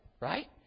right